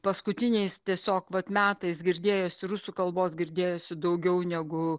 paskutiniais tiesiog vat metais girdėjosi rusų kalbos girdėjosi daugiau negu